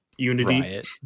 Unity